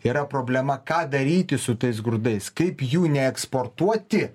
yra problema ką daryti su tais grūdais kaip jų neeksportuoti